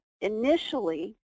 Initially